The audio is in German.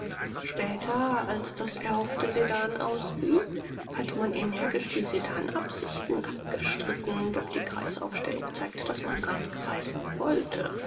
später als das erhoffte sedan ausblieb hat man energisch die sedanabsichten abgestritten doch die kreisaufstellung zeigt daß man einkreisen wollte